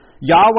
Yahweh